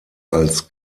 als